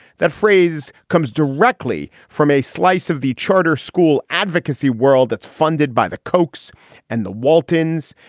that phrase comes directly from a slice of the charter school advocacy world that's funded by the cokes and the waltons.